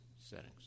settings